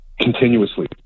continuously